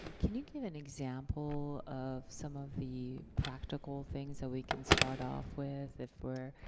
can you give an example of some of the practical things that we can start off with, if we're?